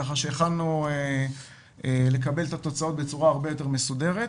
כך שיכלנו לקבל את התוצאות בצורה הרבה יותר מסודרת.